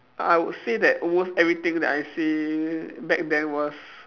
I would say that almost everything that I say back then was